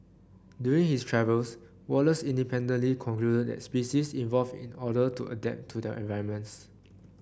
during his travels Wallace independently concluded that species evolve in order to adapt to their environments